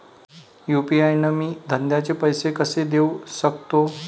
UPI न मी धंद्याचे पैसे कसे देऊ सकतो?